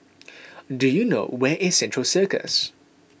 do you know where is Central Circus